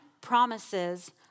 promises